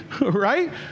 right